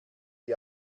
die